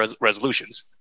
resolutions